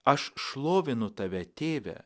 aš šlovinu tave tėve